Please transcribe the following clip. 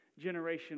generational